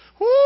Woo